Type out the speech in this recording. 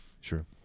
Sure